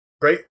Great